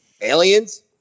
Aliens